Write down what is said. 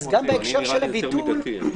נראה לי יותר מידתי.